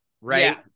right